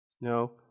no